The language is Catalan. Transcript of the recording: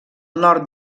nord